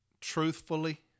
truthfully